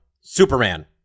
superman